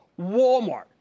Walmart